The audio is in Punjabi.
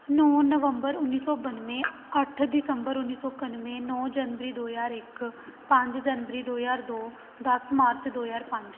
ਨੌਂ ਨਵੰਬਰ ਉੱਨੀ ਸੌ ਬੱਨਵੇ ਅੱਠ ਦਸੰਬਰ ਉੱਨੀ ਸੌ ਇਕੱਨਵੇ ਨੌਂ ਜਨਵਰੀ ਦੋ ਹਜ਼ਾਰ ਇੱਕ ਪੰਜ ਜਨਵਰੀ ਦੋ ਹਜ਼ਾਰ ਦੋ ਦਸ ਮਾਰਚ ਦੋ ਹਜ਼ਾਰ ਪੰਜ